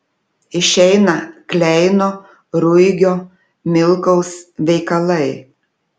išeina kleino ruigio milkaus veikalai